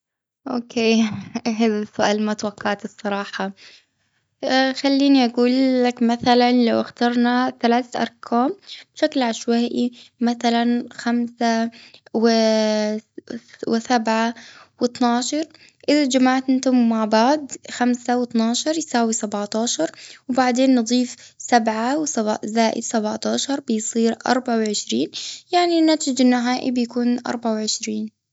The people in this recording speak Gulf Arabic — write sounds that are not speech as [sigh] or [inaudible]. أوكيه، هذا السؤال ما توقعته الصراحة. خليني أجولك، مثلا لو اخترنا ثلاث أرقام بشكل عشوائي. مثلا خمسعشوائ [hesitation] سبعة، واتناشر. إذا جمعت أنتم مع بعض خمسة واتناشر، يساوي سبعتاشر. وبعدين نضيف سبعة، و- زائد سبعتاشر، بيصير أربعة وعشرين. يعني الناتج النهائي، بيكون أربعة وعشرين.